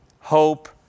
hope